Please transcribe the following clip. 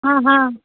हाँ हाँ